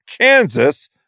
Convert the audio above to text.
Kansas